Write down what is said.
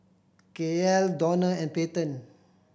Kael Dona and Peyton